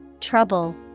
trouble